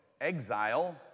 exile